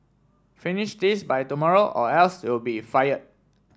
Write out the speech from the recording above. finish this by tomorrow or else you'll be fired